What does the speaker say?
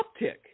uptick